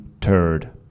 turd